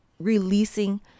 releasing